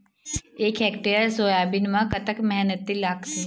एक hectare soybean म कतक मेहनती लागथे?